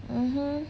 mmhmm